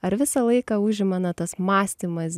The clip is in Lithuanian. ar visą laiką užima na tas mąstymas